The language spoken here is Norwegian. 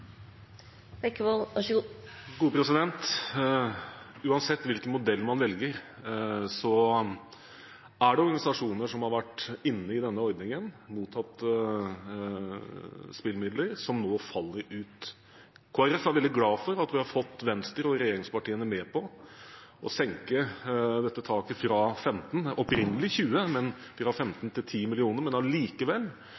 det organisasjoner som har vært inne i denne ordningen og mottatt spillemidler, som nå faller ut. Kristelig Folkeparti er veldig glad for at vi har fått Venstre og regjeringspartiene med på å senke dette taket fra 15 mill. kr – opprinnelig 20 mill. kr – til 10 mill. kr, men